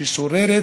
ששוררת